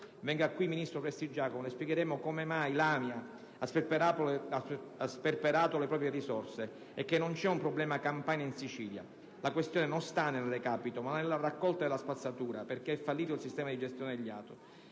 Venga qui, ministro Prestigiacomo: le spiegheremo come mai l'AMIA ha sperperato le proprie risorse e le faremo capire che non c'è un problema Campania in Sicilia. La questione non sta nel recapito, ma nella raccolta della spazzatura, perché è fallito il sistema di gestione degli ATO.